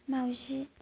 माउजि